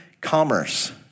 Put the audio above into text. commerce